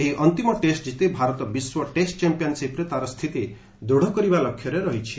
ଏହି ଅନ୍ତିମ ଟେଷ୍ଟ ଜିତି ଭାରତ ବିଶ୍ୱ ଟେଷ୍ଟ ଚାମ୍ପିୟନଶିପରେ ତା'ର ସ୍ଥିତି ଦୃଢ କରିବା ଲକ୍ଷ୍ୟରେ ରହିଛି